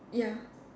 ya